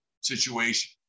situation